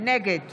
נגד